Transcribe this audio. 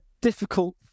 difficult